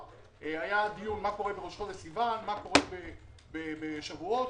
הכול התנהל דרך המשטרה מול מנהל האתר מטעם ועדת החמישה.